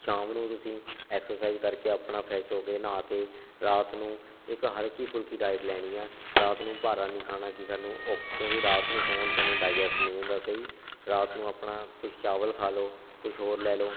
ਸ਼ਾਮ ਨੂੰ ਤੁਸੀਂ ਐਕਸਰਸਾਈਜ਼ ਕਰਕੇ ਆਪਣਾ ਫਰੈਸ਼ ਹੋ ਕੇ ਨਹਾ ਕੇ ਰਾਤ ਨੂੰ ਇੱਕ ਹਲਕੀ ਫੁਲਕੀ ਡਾਇਟ ਲੈਣੀ ਆ ਰਾਤ ਨੂੰ ਭਾਰਾ ਨਹੀਂ ਖਾਣਾ ਕਿ ਸਾਨੂੰ ਕਿਉਂਕਿ ਰਾਤ ਨੂੰ ਸੌਣ ਸਮੇਂ ਡਾਈਜੇਸਟ ਨਹੀਂ ਹੁੰਦਾ ਸਹੀ ਰਾਤ ਨੂੰ ਆਪਣਾ ਕੁਛ ਚਾਵਲ ਖਾ ਲੋ ਕੁਛ ਹੋਰ ਲੈ ਲਓ